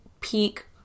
peak